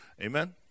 Amen